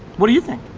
what do you think?